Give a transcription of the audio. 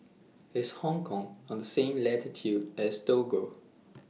IS Hong Kong on The same latitude as Togo